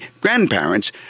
grandparents